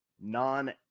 non